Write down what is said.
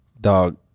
Dog